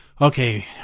okay